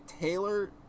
Taylor